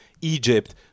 Egypt